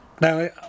Now